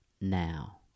now